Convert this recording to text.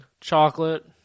Chocolate